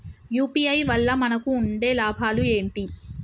UPI వల్ల మనకు ఉండే లాభాలు ఏంటి?